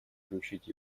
включить